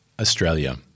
Australia